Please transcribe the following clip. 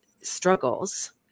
struggles